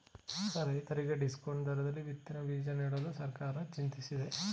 ರೈತರಿಗೆ ಡಿಸ್ಕೌಂಟ್ ದರದಲ್ಲಿ ಬಿತ್ತನೆ ಬೀಜ ನೀಡಲು ಸರ್ಕಾರ ಚಿಂತಿಸಿದೆ